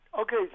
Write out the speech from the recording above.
Okay